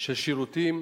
של שירותים,